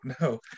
no